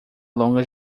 longa